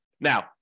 Now